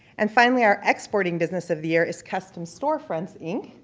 and finally, our exporting business of the year is custom storefronts, inc.